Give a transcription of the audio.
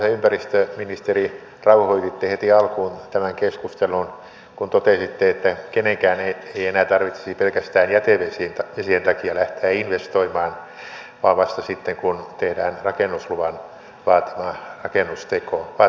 te arvoisa ympäristöministeri rauhoititte heti alkuun tämän keskustelun kun totesitte että kenenkään ei enää tarvitsisi pelkästään jätevesien takia lähteä investoimaan vaan vasta sitten kun tehdään rakennusluvan vaativa rakennusteko